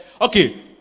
okay